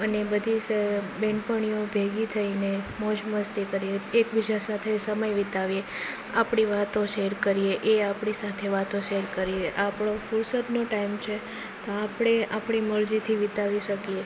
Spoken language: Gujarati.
અને બધી બેનપણીઓ ભેગી થઈને મોજ મસ્તી કરીએ એકબીજા સાથે સમય વિતાવીએ આપણી વાતો શેર કરીએ એ આપણી સાથે વાતો શેર કરીએ આપણો ફુરસદનો ટાઈમ છે આપણે આપણી મરજીથી વિતાવી શકીએ